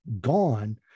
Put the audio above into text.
gone